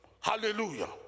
Hallelujah